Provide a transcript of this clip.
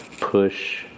push